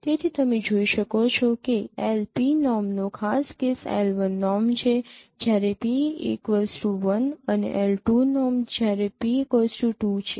તેથી તમે જોઈ શકો છો કે નોર્મનો ખાસ કેસ નોર્મ છે જ્યારે p 1 અને નોર્મ જ્યારે p 2 છે